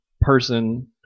person